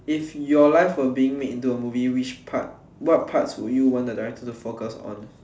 if your life was being made into a movie which part what part would you want the director to focus on